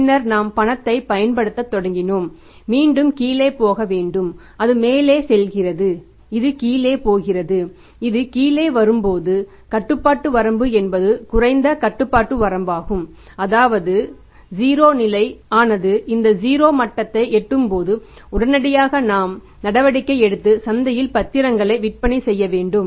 பின்னர் நாம் பணத்தைப் பயன்படுத்தத் தொடங்கினோம் மீண்டும் கீழே போக வேண்டும் அது மேலே செல்கிறது இது கீழே போகிறது இது கீழே வரும்போது கட்டுப்பாட்டு வரம்பு என்பது குறைந்த கட்டுப்பாட்டு வரம்பாகும் அதாவது இது 0 நிலை ஆனது இந்த 0 மட்டத்தை எட்டும்போது உடனடியாக நாம் நடவடிக்கை எடுத்து சந்தையில் பத்திரங்களை விற்பனை செய்யவேண்டும்